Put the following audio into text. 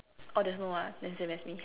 oh there's no word ah then same as me